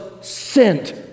sent